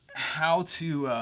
how to